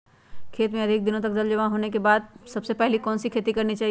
खेत में अधिक दिनों तक जल जमाओ होने के बाद सबसे पहली कौन सी खेती करनी चाहिए?